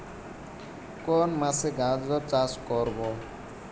কোন মাসে গাজর চাষ করব?